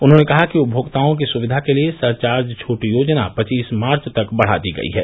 उन्होंने कहा कि उपमोक्ताओं की सुविधा के लिये सरचार्ज छूट योजना पचीस मार्च तक बढ़ा दी गयी है